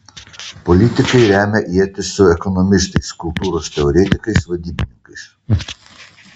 politikai remia ietis su ekonomistais kultūros teoretikais vadybininkais